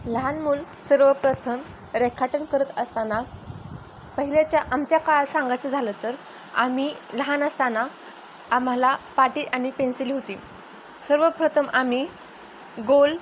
लहान मुल सर्वप्रथम रेखाटन करत असताना पहिलेच्या आमच्या काळात सांगायचं झालं तर आम्ही लहान असताना आम्हाला पाटी आणि पेन्सिल होती सर्वप्रथम आम्ही गोल